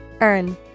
Earn